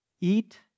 Eat